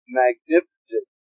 magnificent